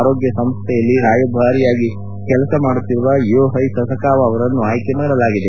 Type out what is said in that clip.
ಆರೋಗ್ಯ ಸಂಸ್ಥೆಯಲ್ಲಿ ರಾಯಭಾರಿಯಾಗಿ ಕೆಲಸ ಮಾಡುತ್ತಿರುವ ಯೋಹ್ವೆ ಸಸಕಾವ ಅವರನ್ನು ಆಯ್ಲೆ ಮಾಡಲಾಗಿದೆ